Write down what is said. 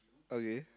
okay